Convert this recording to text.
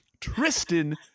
Tristan